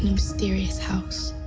mysterious house.